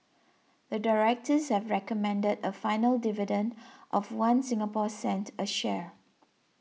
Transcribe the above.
the directors have recommended a final dividend of One Singapore cent a share